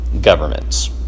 Governments